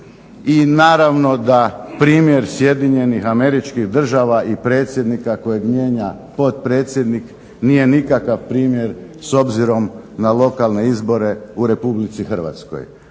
I naravno da primjer Sjedinjenih američkih država i predsjednika kojeg mijenja potpredsjednik nije nikakav primjer s obzirom na lokalne izbore u Republici Hrvatskoj.